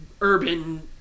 urban